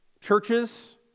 churches